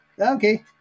Okay